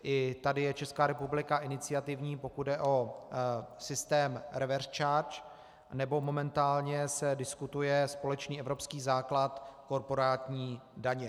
I tady je Česká republika iniciativní, pokud jde o systém reverse charge, nebo momentálně se diskutuje společný evropský základ korporátní daně.